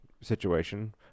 situation